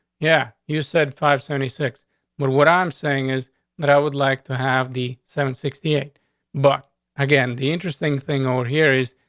yeah, you said five seventy six but what i'm saying is that i would like to have the seven sixty eight but again, the interesting thing over here is,